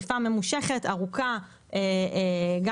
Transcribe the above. חשיפה ממושכת גם בשינה,